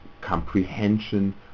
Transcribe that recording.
comprehension